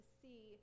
see